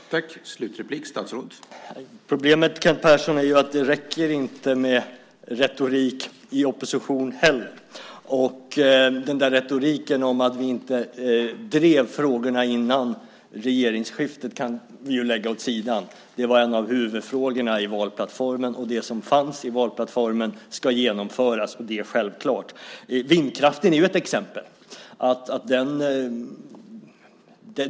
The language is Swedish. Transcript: Herr talman! Problemet, Kent Persson, är att det inte räcker med retorik i opposition heller. Den där retoriken om att vi inte drev frågorna före regeringsskiftet kan ni lägga åt sidan. Det var en av huvudfrågorna i valplattformen, och det som fanns i valplattformen ska genomföras. Det är självklart. Vindkraften är ett exempel.